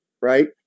right